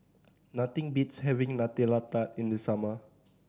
nothing beats having Nutella Tart in the summer